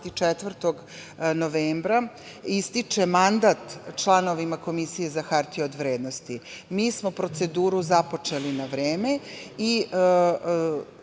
24. novembra ističe mandat članovima Komisije za hartije od vrednosti. Mi smo proceduru započeli na vreme.